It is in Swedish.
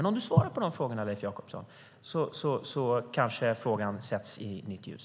Men om du svarar på de frågorna, Leif Jakobsson, kanske saken sätts i nytt ljus.